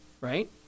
right